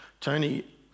Tony